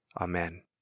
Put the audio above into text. Amen